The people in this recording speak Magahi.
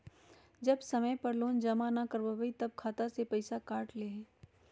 जब समय पर लोन जमा न करवई तब खाता में से पईसा काट लेहई?